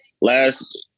last